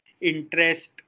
interest